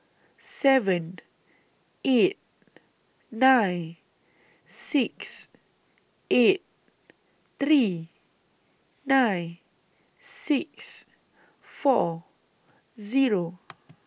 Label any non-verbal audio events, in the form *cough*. seven eight nine six eight three nine six four Zero *noise*